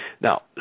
Now